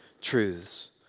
truths